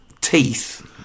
teeth